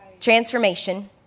Transformation